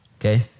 okay